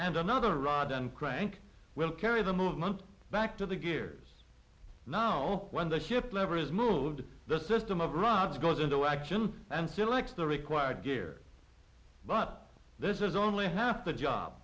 and another rod and crank will carry the movement back to the gears know when the hip lever is moved the system of rods goes into action and felix the required gear but this is only half the job